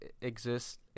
exists